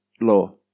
law